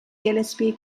gillespie